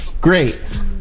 great